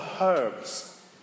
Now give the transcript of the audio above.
herbs